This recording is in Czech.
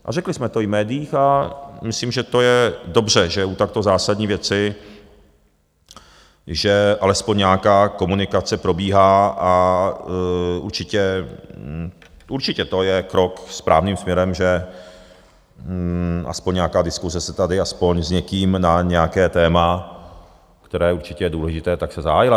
A řekli jsme to i v médiích a myslím, že to je dobře, že u takto zásadní věci alespoň nějaká komunikace probíhá, a určitě to je krok správným směrem, že aspoň nějaká diskuse se tady aspoň s někým na nějaké téma, které je určitě důležité, tak se zahájila.